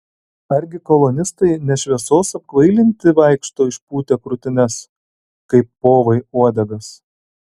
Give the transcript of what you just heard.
argi kolonistai ne šviesos apkvailinti vaikšto išpūtę krūtines kaip povai uodegas